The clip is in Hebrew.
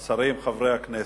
השרים, חברי הכנסת,